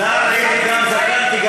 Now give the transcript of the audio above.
נער הייתי גם זקנתי,